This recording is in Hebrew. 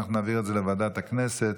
אנחנו נעביר את זה לוועדת הכנסת,